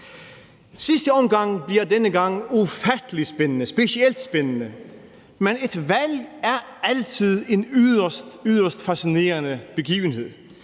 Sidste omgang bliver denne gang ufattelig spændende, specielt spændende. Men et valg er altid en yderst, yderst fascinerende begivenhed.